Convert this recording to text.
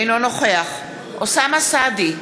אינו נוכח אוסאמה סעדי,